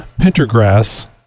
Pintergrass